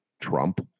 Trump